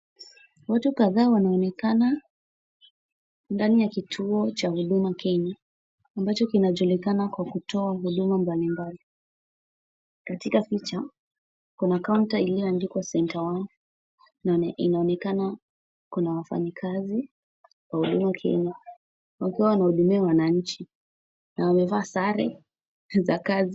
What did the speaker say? Watu kadhaa wanaonekana ndani ya kituo cha Huduma Kenya ambacho kinajulikana ka kutoa huduma mbalimbali. Katika picha kuna kaunta iliyoandikwa Centre one na inaonekana kuna wafanyikazi wa Huduma Kenya wakiwa wanahudumia wananchi na wamevaa sare za kazi.